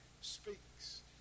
speaks